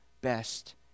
best